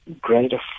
greater